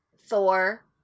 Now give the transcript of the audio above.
Thor